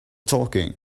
talking